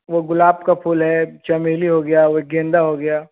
वह गुलाब का फूल है चमेली हो गया वो गेंदा हो गया